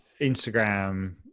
Instagram